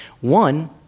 One